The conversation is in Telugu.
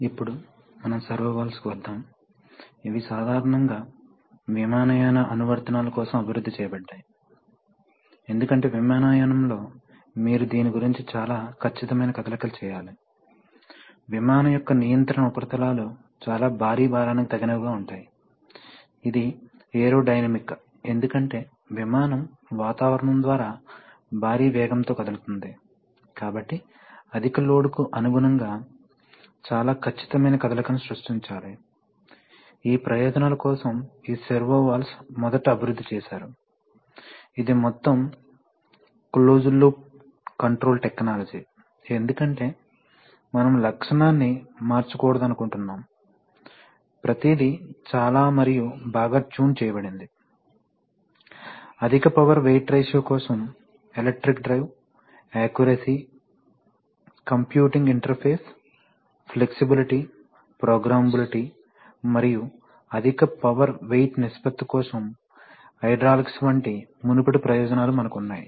ఇప్పుడు మనం సర్వో వాల్వ్స్ కు వద్దాం ఇవి సాధారణంగా విమానయాన అనువర్తనాల కోసం అభివృద్ధి చేయబడ్డాయి ఎందుకంటే విమానయానంలో మీరు దీని గురించి చాలా ఖచ్చితమైన కదలికలు చేయాలి విమానం యొక్క నియంత్రణ ఉపరితలాలు చాలా భారీ భారానికి తగినవి గా ఉంటాయి ఇది ఏరోడైనమిక్ ఎందుకంటే విమానం వాతావరణం ద్వారా భారీ వేగంతో కదులుతోంది కాబట్టి అధిక లోడ్కు అనుగుణం గా చాలా ఖచ్చితమైన కదలికను సృష్టించాలి ఈ ప్రయోజనాల కోసం ఈ సర్వో వాల్వ్స్ మొదట అభివృద్ధి చేశారు ఇది మొత్తం క్లోజ్డ్ లూప్ కంట్రోల్ టెక్నాలజీ ఎందుకంటే మనం లక్షణాన్ని మార్చకూడదనుకుంటున్నాము ప్రతిదీ చాలా మరియు బాగా ట్యూన్ చేయబడింది అధిక పవర్ వెయిట్ రేషియో కోసం electric drive accuracy computing interface flexibility programmability మరియు అధిక పవర్ వెయిట్ నిష్పత్తి కోసం హైడ్రాలిక్స్ వంటి మునుపటి ప్రయోజనాలు మనకు ఉన్నాయి